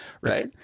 right